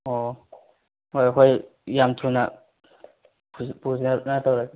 ꯑꯣ ꯍꯣꯏ ꯑꯩꯈꯣꯏ ꯌꯥꯝ ꯊꯨꯅ ꯄꯨꯖꯔꯛꯅꯕ ꯇꯧꯔꯒꯦ